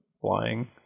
flying